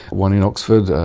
one in oxford,